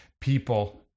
people